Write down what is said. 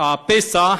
הפסח